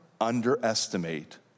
underestimate